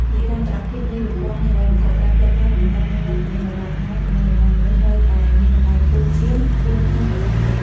និរន្តរភាពនៃប្រព័ន្ធហិរញ្ញវត្ថុក្រៅផ្លូវការ នឹងបន្តមានវត្តមានដរាបណា "ទំនាក់ទំនងមនុស្ស" នៅតែមានតម្លៃខ្ពស់ជាង "ក្បួនខ្នាតបច្ចេកទេស"។